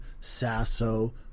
Sasso